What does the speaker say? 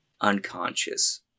unconscious